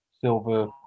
Silver